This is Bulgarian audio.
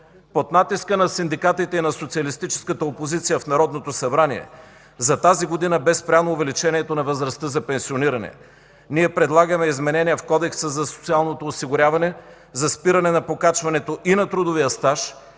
Под натиска на синдикатите и на социалистическата опозиция в Народното събрание за тази година бе спряно увеличението на възрастта за пенсиониране. Ние предлагаме изменения в Кодекса за социалното осигуряване за спиране на покачването и на трудовия стаж,